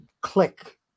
click